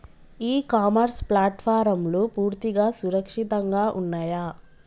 ఇ commerce ప్లాట్ఫారమ్లు పూర్తిగా సురక్షితంగా ఉన్నయా?